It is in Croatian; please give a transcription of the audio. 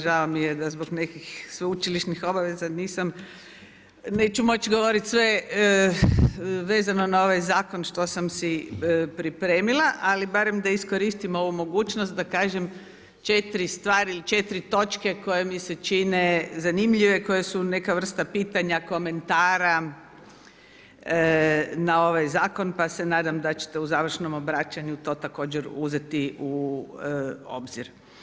Žao mi je da zbog nekih sveučilišnih obaveza neću moći govoriti sve vezano na ovaj zakon što sam si pripremila, ali barem da iskoristim ovu mogućnost da kažem 4 stvari ili 4 točke koje mi se čine zanimljive, koje su neka vrsta pitanja, komentara na ovaj zakon pa se nadam da ćete u završnom obraćanju to također uzeti u obzir.